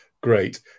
great